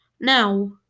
Now